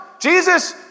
Jesus